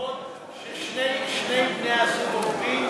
במשפחות ששני בני-הזוג עובדים,